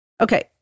Okay